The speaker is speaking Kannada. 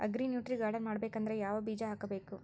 ಅಗ್ರಿ ನ್ಯೂಟ್ರಿ ಗಾರ್ಡನ್ ಮಾಡಬೇಕಂದ್ರ ಯಾವ ಬೀಜ ಹಾಕಬೇಕು?